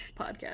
podcast